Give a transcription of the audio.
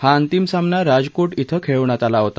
हा अंतिम सामना राजको ध्वें खेळवण्यात आला होता